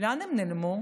לאן הם נעלמו?